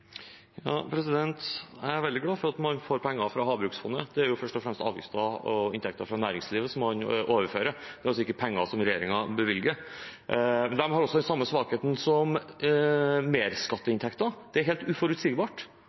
Jeg er veldig glad for at man får penger fra Havbruksfondet. Det er jo først og fremst avgifter og inntekter fra næringslivet som man overfører. Det er altså ikke penger som regjeringen bevilger. De har også den samme svakheten som merskatteinntekter: Det er helt uforutsigbart.